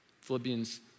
Philippians